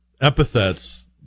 epithets